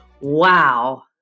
Wow